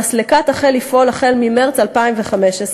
המסלקה תחל לפעול במרס 2015,